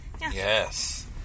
Yes